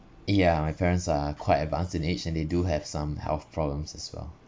yeah my parents are quite advanced in age and they do have some health problems as well